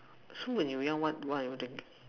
so when you are young what were you doing